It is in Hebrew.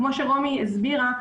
כמו שרומי הסבירה,